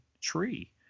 tree